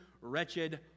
wretched